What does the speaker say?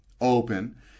open